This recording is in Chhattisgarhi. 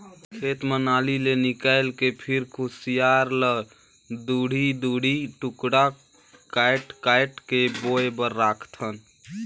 खेत म नाली ले निकायल के फिर खुसियार ल दूढ़ी दूढ़ी टुकड़ा कायट कायट के बोए बर राखथन